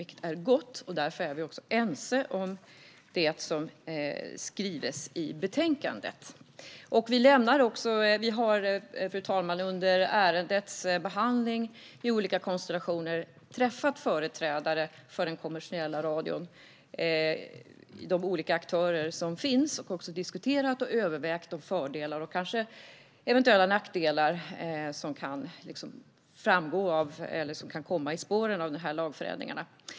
Detta är gott, och därför är vi också ense om det som skrivs i betänkandet. Vi har, fru talman, under ärendets behandling i olika konstellationer träffat företrädare för de aktörer som finns inom den kommersiella radion. Vi har diskuterat och övervägt de fördelar och eventuella nackdelar som kan komma i spåren av lagförändringarna.